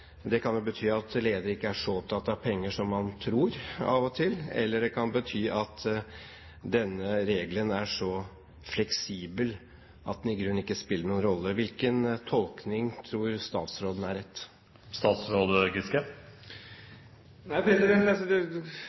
Det kan jo bety at ledere ikke er så opptatt av penger som man tror av og til, eller det kan bety at denne regelen er så fleksibel at det i grunnen ikke spiller noen rolle. Hvilken tolkning tror statsråden er